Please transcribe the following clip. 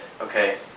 okay